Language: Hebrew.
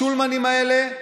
השולמנים האלה,